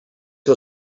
que